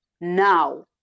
Now